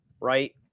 right